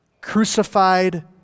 crucified